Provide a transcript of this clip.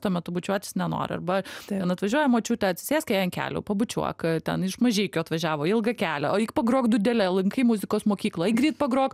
tuo metu bučiuotis nenori arba ten atvažiuoja močiutė atsisėsk jai ant kelių pabučiuok ten iš mažeikių atvažiavo ilgą kelią eik pagrok dūdele lankai muzikos mokyklą eik greit pagrok